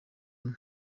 umwe